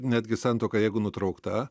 netgi santuoka jeigu nutraukta